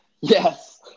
yes